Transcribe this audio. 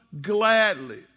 gladly